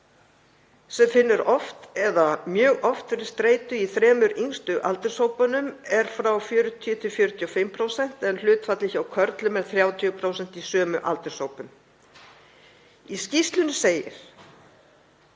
sem finnur oft eða mjög oft fyrir streitu í þremur yngstu aldurshópunum er frá 40%–45% en hlutfallið hjá körlum er 30% í sömu aldurshópum. Í skýrslunni segir